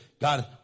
God